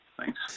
Thanks